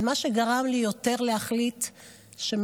אבל מה שגרם לי יותר להחליט זה,